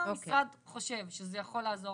אם המשרד חושב שזה יכול לעזור,